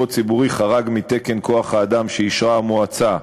הציבורי חרג מתקן כוח-האדם שאישרה המועצה,